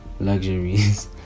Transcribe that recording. luxuries